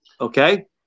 Okay